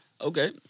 Okay